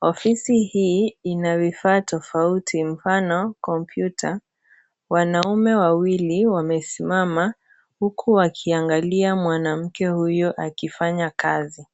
Ofisi hii ina vifaa tofauti, mfano, kompyuta. Wanaume wawili wamesimama, huku wakiangalia mwanamke huyo akifanya kazi.